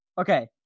Okay